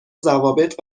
ضوابط